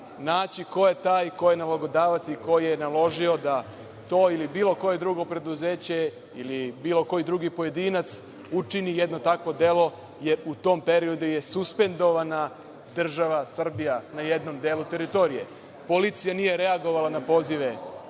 naći ko je taj ko je nalogodavac i koji je naložio da to ili bilo koje drugo preduzeće ili bilo koji drugi pojedinac učini jedno takvo delo, jer u tom periodu je suspendovana država Srbija na jednom delu teritorije. Policija nije reagovala na pozive